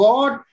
God